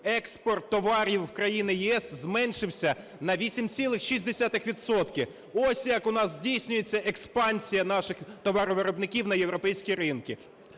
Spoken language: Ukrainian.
експорт товарів в країни ЄС зменшився на 8,6 відсотки. Ось як у нас здійснюється експансія наших товаровиробників на європейські ринки.